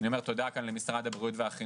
ואני אומר כאן תודה למשרדי הבריאות והחינוך